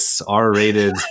R-rated